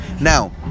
Now